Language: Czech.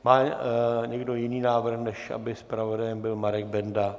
Má někdo jiný návrh, než aby zpravodajem byl Marek Benda?